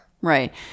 right